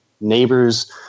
neighbors